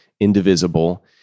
Indivisible